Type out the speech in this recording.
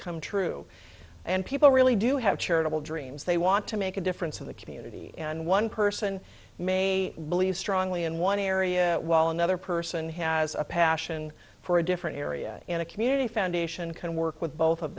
come true and people really do have charitable dreams they want to make a difference in the community and one person may believe strongly in one area while another person has a passion for a different area and a community foundation can work with both of